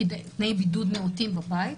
בידוד נאותים בבית,